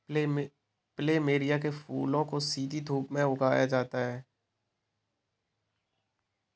plumeria के फूलों को सीधी धूप में उगाया जा सकता है